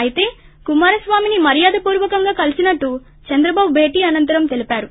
అయితే కుమారస్వామిని మర్యాదపూర్వకంగా కలిసినట్టు చంద్రబాబు భేటీ అనంతరం తెలిపారు